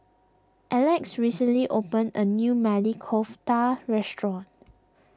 Alex recently opened a new Maili Kofta restaurant